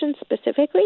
specifically